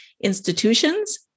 institutions